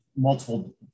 multiple